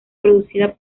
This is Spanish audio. producida